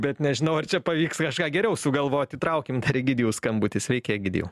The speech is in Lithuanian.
bet nežinau ar čia pavyks kažką geriau sugalvoti traukim dar egidijaus skambutį sveiki egidijau